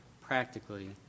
practically